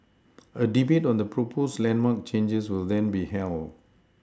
a debate on the proposed landmark changes will then be held